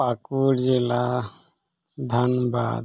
ᱯᱟᱹᱠᱩᱲ ᱡᱮᱞᱟ ᱫᱷᱟᱱᱵᱟᱫᱽ